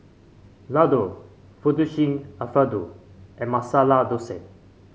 Ladoo Fettuccine Alfredo and Masala Dosa